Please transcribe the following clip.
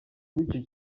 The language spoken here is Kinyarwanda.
w’icyo